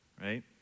right